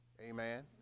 Amen